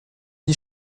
dix